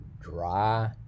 dry